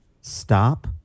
stop